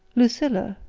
lucilla,